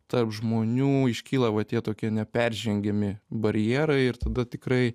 tarp žmonių iškyla va tie tokie neperžengiami barjerai ir tada tikrai